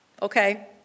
Okay